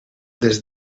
des